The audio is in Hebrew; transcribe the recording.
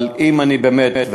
אבל באמת,